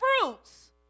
fruits